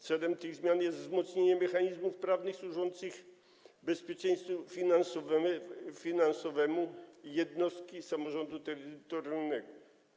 Celem tych zmian jest wzmocnienie mechanizmów prawnych służących bezpieczeństwu finansowemu jednostki samorządu terytorialnego.